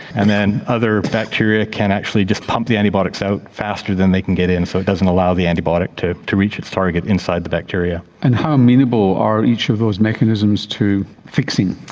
and then other bacteria can actually just pump the antibiotics out faster than they can get in, so it doesn't allow the antibiotic to to reach its target inside the bacteria. and how amenable are each of those mechanisms to fixing?